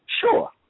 Sure